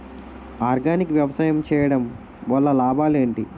Organic గా వ్యవసాయం చేయడం వల్ల లాభాలు ఏంటి?